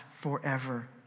forever